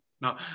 no